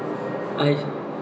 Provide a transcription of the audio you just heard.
I